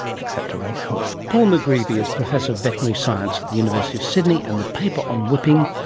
except a racehorse. paul mcgreevy is professor of veterinary science at the university of sydney, and the paper on whipping,